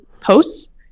posts